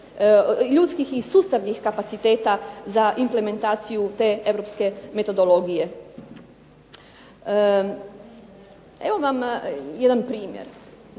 ljudskih i sustavnih kapaciteta za implementaciju te Europske metodologije. Evo vam jedan primjer.